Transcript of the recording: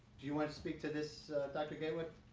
do you want to speak to this dr. gay with?